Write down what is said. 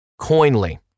Coinly